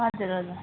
हजुर हजुर